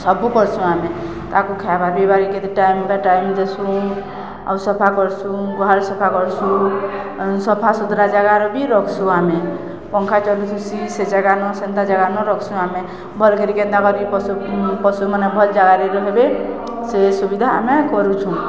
ସବୁ କର୍ସୁଁ ଆମେ ତାକୁ ଖାଇବାର ପିଇବାର କେତେ ଟାଇମ୍ ବା ଟାଇମ୍ ଦେସୁଁ ଆଉ ସଫା କର୍ସୁଁ ଗୁହାରହାର ସଫା କର୍ସୁ ସଫା ସୁତୁରା ଜାଗାର ବି ରଖ୍ସୁଁ ଆମେ ପଙ୍ଖା ଚଲୁଛୁ ସ ସେ ଜାଗା ନ ସେନ୍ତା ଜାଗା ନୁ ରଖ୍ସୁଁ ଆମେ ଭଲକେରି କେନ୍ତା କରି ପଶୁ ପଶୁମାନେ ଭଲ ଜାଗାରେ ର ହେବେ ସେ ସୁବିଧା ଆମେ କରୁଛୁଁ